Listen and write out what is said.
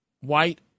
white